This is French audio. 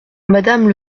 madame